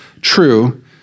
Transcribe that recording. true